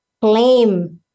claim